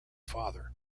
father